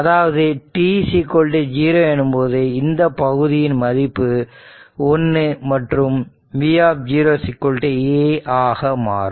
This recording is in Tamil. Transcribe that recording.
அதாவது t0 எனும்போது இந்தப் பகுதியின் மதிப்பு 1 மற்றும் v A ஆக மாறும்